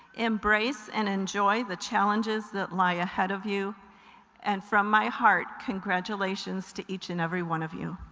embrace and enjoy the challenges that lie ahead of you and from my heart congratulations to each and every one of you.